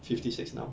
fifty six now